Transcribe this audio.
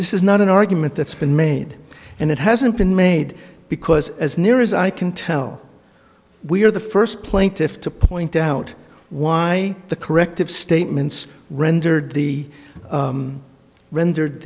this is not an argument that's been made and it hasn't been made because as near as i can tell we're the first plaintiff to point out why the corrective statements rendered the rendered